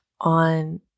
on